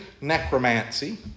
necromancy